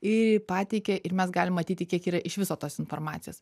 ir pateikė ir mes galim matyti kiek yra iš viso tos informacijos